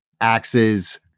axes